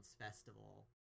festival